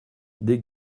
des